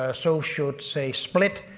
ah so should, say, split,